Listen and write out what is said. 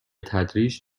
تدریج